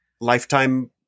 lifetime